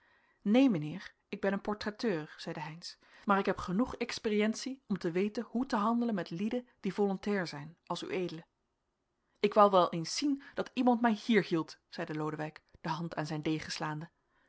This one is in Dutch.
neen mijnheer ik hen een portretteur zeide heynsz maar ik heb genoeg experientie om te weten hoe te handelen met lieden die volontair zijn als ued ik wou wel eens zien dat iemand mij hier hield zeide lodewijk de hand aan zijn